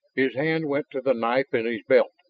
his hand went to the knife in his belt,